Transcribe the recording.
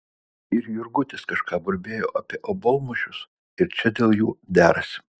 ir jurgutis kažką burbėjo apie obuolmušius ir čia dėl jų derasi